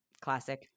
Classic